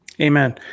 Amen